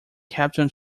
captain